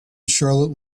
charlotte